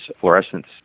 fluorescence